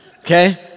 Okay